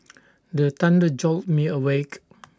the thunder jolt me awake